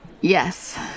Yes